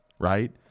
right